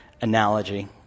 analogy